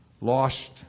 lost